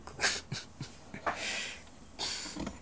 ya